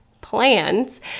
plans